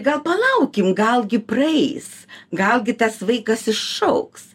gal palaukim gal gi praeis gal gi tas vaikas išaugs